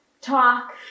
talk